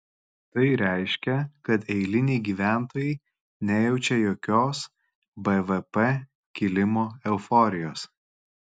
tai reiškia kad eiliniai gyventojai nejaučia jokios bvp kilimo euforijos